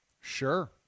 Sure